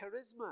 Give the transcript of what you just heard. charisma